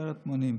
עשרת מונים.